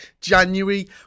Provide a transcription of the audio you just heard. January